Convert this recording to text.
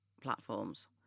platforms